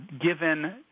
given